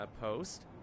post